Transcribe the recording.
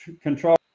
control